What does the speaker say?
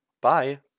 bye